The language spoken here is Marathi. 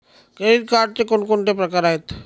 क्रेडिट कार्डचे कोणकोणते प्रकार आहेत?